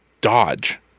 dodge